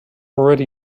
already